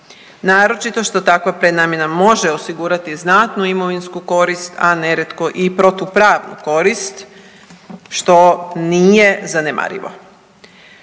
Naročito što takva prenamjena može osigurati znatnu imovinsku koristi, a nerijetko i protupravnu korist, što nije zanemarivo.